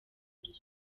buryo